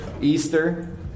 Easter